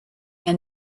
and